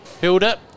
Hilda